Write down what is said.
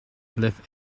left